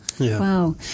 Wow